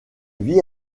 vit